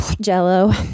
Jello